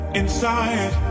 inside